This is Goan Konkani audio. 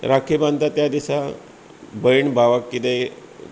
राखी बांदता त्या दिसा भयण भावाक कितेंय